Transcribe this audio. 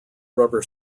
rubber